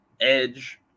Edge